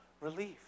relief